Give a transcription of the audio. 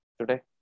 today